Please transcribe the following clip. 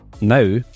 Now